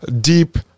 deep